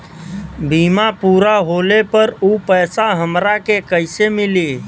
बीमा पूरा होले पर उ पैसा हमरा के कईसे मिली?